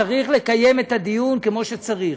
צריך לקיים את הדיון כמו שצריך.